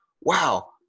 wow